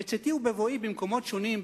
בצאתי ובבואי במקומות שונים,